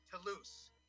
Toulouse